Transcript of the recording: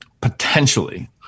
potentially